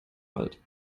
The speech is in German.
alt